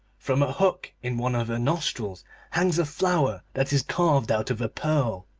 from a hook in one of her nostrils hangs a flower that is carved out of a pearl.